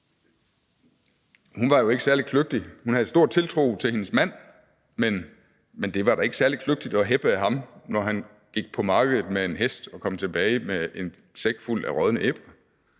Hun var jo ikke særlig kløgtig, hun havde stor tiltro til sin mand, men det var da ikke særlig kløgtigt at heppe på ham, når han gik på markedet med en hest og kom tilbage med en sæk fuld af rådne æbler.